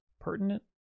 Pertinent